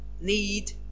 need